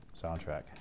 soundtrack